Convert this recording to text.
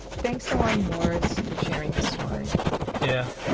thanks to lonnie morris for sharing his story yeah.